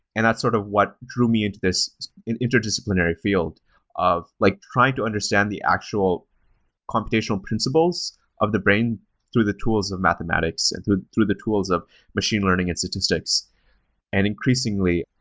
and that sort of what drew me into this interdisciplinary field of like trying to understand the actual computational principles of the brain through the tools of mathematics and through through the tools of machine learning and statistics and increasingly,